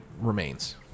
remains